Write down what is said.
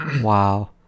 Wow